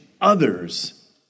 others